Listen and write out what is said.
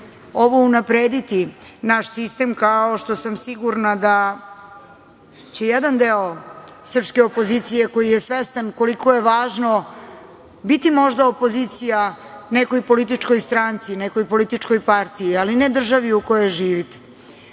ovo unaprediti naš sistem kao što sam sigurna da će jedan deo srpske opozicije, koji je svestan koliko je važno biti možda opozicija nekoj političkoj stranci, nekoj političkoj partiji, ali ne državi u kojoj živite,